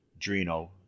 Drino